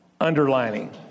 underlining